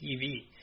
TV